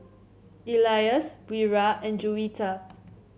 Elyas Wira and Juwita